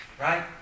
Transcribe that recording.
Right